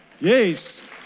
Yes